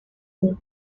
mode